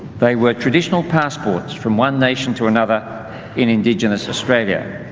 they were traditional passports from one nation to another in indigenous australia.